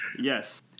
yes